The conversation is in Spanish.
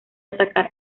atacar